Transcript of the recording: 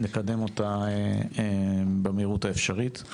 נקדם אותה במהירות האפשרית.